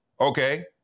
Okay